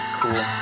cool